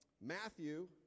Matthew